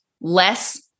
less